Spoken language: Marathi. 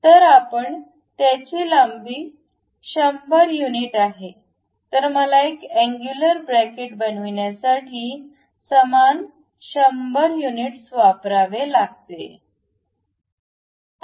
तर कारण त्याची लांबी 100 युनिट आहे तर मला एल अँगुलर ब्रॅकेट बनविण्यासाठी समान 100 युनिट्स वापरावे लागेल